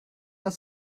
das